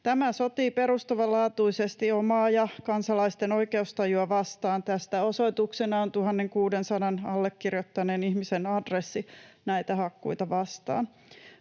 Tämä sotii perustavanlaatuisesti omaa ja kansalaisten oikeustajua vastaan — tästä osoituksena on 1 600 allekirjoittaneen ihmisen adressi näitä hakkuita vastaan.